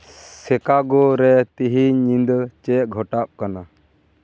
ᱥᱤᱠᱟᱜᱳ ᱨᱮ ᱛᱮᱦᱤᱧ ᱧᱤᱫᱟᱹ ᱪᱮᱫ ᱜᱷᱚᱴᱟᱜ ᱠᱟᱱᱟ